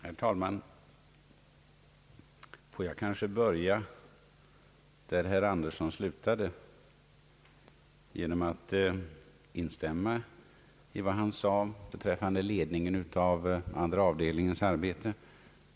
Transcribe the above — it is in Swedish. Herr talman! Låt mig börja där herr Andersson slutade och instämma i vad han sade beträffande ledningen av andra avdelningens arbete.